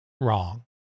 wrong